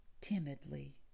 timidly